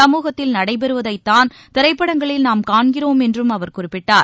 சமூகத்தில் நடைபெறுவதைதான் திரைப்படங்களில் நாம் காண்கிறோம் என்றும் அவர் குறிப்பிட்டார்